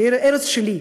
שהיא הארץ שלי,